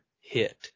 hit